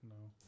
No